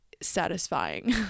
satisfying